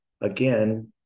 again